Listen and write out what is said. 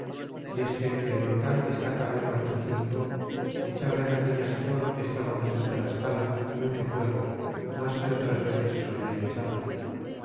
y es que el volcan que está cabe guaxocingo echaba en aquella sazon que estábamos en tlascala mucho fuego mas que otras veces solia echar